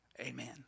Amen